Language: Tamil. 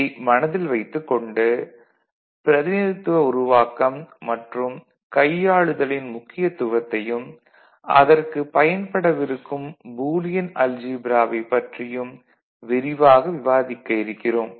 இதை மனதில் வைத்துக் கொண்டு பிரதிநிதித்தவ உருவாக்கம் மற்றும் கையாளுதலின் முக்கியத்துவத்தையும் அதற்குப் பயன்படவிருக்கும் பூலியன் அல்ஜீப்ராவைப் பற்றியும் விரிவாக விவாதிக்க இருக்கிறோம்